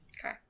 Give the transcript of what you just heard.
Okay